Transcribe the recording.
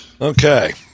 okay